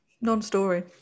Non-story